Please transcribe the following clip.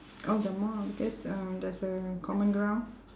all the more because uh there's a common ground